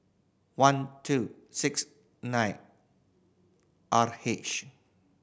one two six nine R H